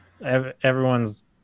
everyone's